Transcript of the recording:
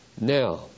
Now